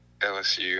LSU